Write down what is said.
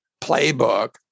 playbook